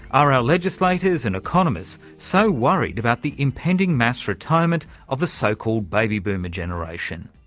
are our legislators and economists so worried about the impending mass retirement of the so-called baby boomer generation?